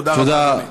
תודה רבה.